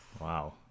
Wow